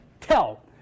tell